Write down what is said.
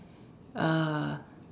uh